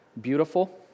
Beautiful